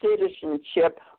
citizenship